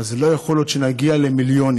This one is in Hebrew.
אבל לא יכול להיות שנגיע למיליונים.